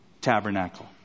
tabernacle